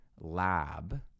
lab